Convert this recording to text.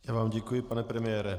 Já vám děkuji, pane premiére.